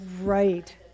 right